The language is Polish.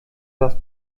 raz